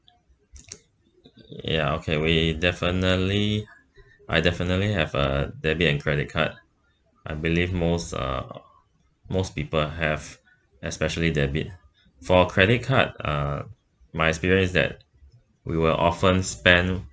ya okay we definitely I definitely have a debit and credit card I believe most uh most people have especially debit for credit card uh my experience is that we will often spend